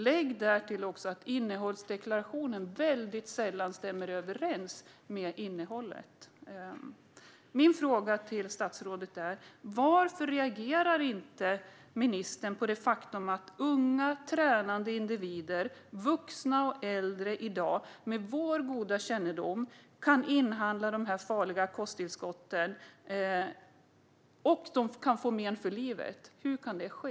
Lägg därtill att innehållsdeklarationen sällan stämmer överens med innehållet. Min fråga till statsrådet är: Varför reagerar inte ministern på det faktum att unga tränande individer liksom vuxna och äldre i dag med vår kännedom kan inhandla de här farliga kosttillskotten? Vi har vetskap om det här, och de kan få men för livet. Hur kan det ske?